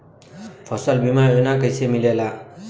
फसल बीमा योजना कैसे मिलेला?